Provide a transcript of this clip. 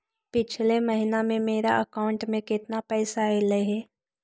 पिछले महिना में मेरा अकाउंट में केतना पैसा अइलेय हे?